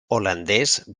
holandès